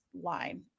line